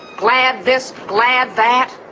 glad this, glad that,